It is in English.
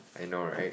I know right